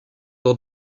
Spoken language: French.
dans